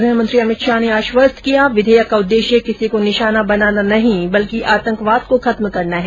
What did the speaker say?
गृहमंत्री अमित शाह ने आश्वस्त किया विधेयक का उद्देश्य किसी को निशाना बनाना नहीं बल्कि आतंकवाद को खत्म करना है